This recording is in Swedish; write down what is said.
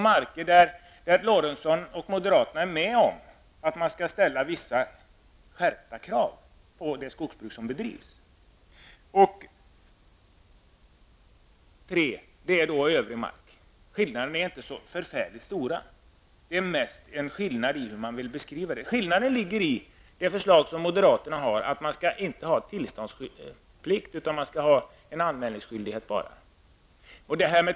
Sven Eric Lorentzon och moderaterna håller med om att man skall ställa skärpta krav på det skogsbruk som där bedrivs. Övrig mark skall inordnas under klass 3. Skillnaden är inte så förfärligt stor. Den består mest i hur man vill beskriva detta. Det moderata förslaget går ut på att man inte skall ha tillståndsplikt utan enbart en anmälningsskyldighet.